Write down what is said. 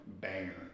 banger